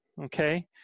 Okay